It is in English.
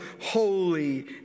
holy